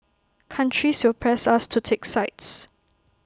countries will press us to take sides